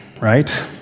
right